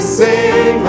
sing